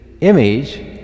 image